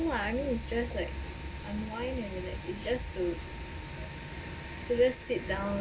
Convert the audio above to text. I mean it's just like unwind and relax it's just to to just sit down